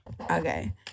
okay